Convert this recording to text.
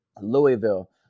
Louisville